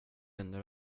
händer